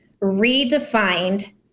redefined